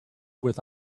with